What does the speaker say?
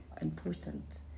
important